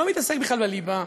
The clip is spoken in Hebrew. אני לא מתעסק בכלל בליבה,